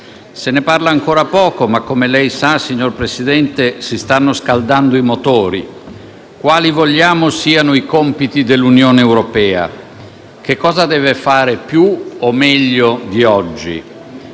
Se ne parla ancora poco, ma come lei sa, signor Presidente, si stanno scaldando i motori. Quali vogliamo siano i compiti dell'Unione? Che cosa deve fare più o meglio di oggi?